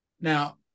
Now –